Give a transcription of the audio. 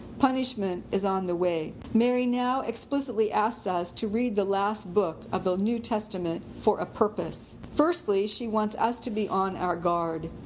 punishment is on the way. mary now explicitly asks us to read the last book of the new testament for a purpose. firstly, she wants us to be on our guard.